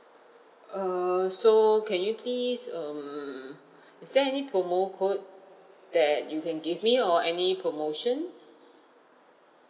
err so can you please um is there any promo code that you can give me or any promotion